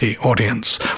audience